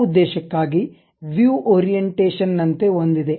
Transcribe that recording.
ಆ ಉದ್ದೇಶಕ್ಕಾಗಿ view orientation ನಂತೆ ಒಂದಿದೆ